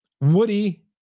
Woody